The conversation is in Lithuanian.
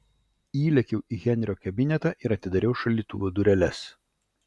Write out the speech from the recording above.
įlėkiau į henrio kabinetą ir atidariau šaldytuvo dureles